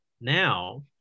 now